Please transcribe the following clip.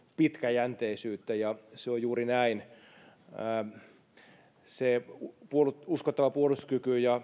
pitkäjänteisyyttä ja se on juuri näin uskottavan puolustuskyvyn ja